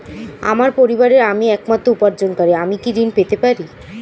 আমার পরিবারের আমি একমাত্র উপার্জনকারী আমি কি ঋণ পেতে পারি?